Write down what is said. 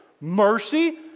Mercy